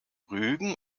rügen